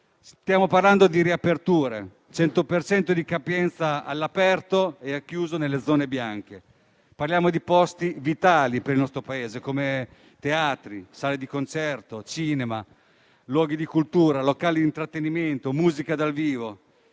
Stiamo parlando di riaperture: cento per cento di capienza all'aperto e al chiuso nelle zone bianche. Parliamo di posti vitali per il nostro Paese, come teatri, sale di concerto, cinema, luoghi di cultura, locali di intrattenimento, musica dal vivo,